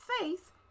faith